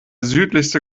südlichste